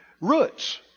roots